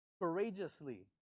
courageously